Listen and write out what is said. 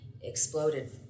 exploded